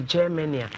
Germany